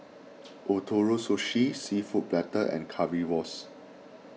Ootoro Sushi Seafood Paella and Currywurst